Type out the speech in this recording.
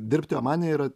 dirbti omane yra